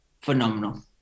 phenomenal